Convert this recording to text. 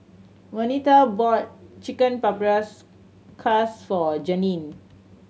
Venita bought Chicken for Janeen